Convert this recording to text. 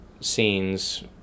scenes